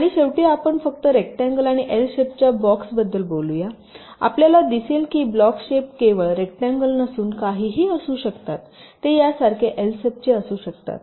आणि शेवटी आपण फक्त रेकटांगल आणि एल शेपच्या ब्लॉक्स बद्दल बोलूयाआपल्याला दिसेल की ब्लॉक शेप केवळ रेकटांगल नसून काहीही असू शकतात ते यासारखे एल शेपचे असू शकतात